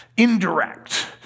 Indirect